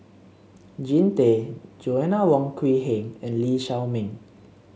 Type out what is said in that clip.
Jean Tay Joanna Wong Quee Heng and Lee Shao Meng